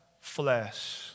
flesh